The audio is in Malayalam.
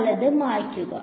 വലത് മായ്ക്കുക